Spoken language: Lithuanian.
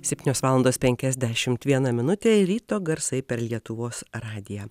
septynios valandos penkiasdešimt viena minutė ryto garsai per lietuvos radiją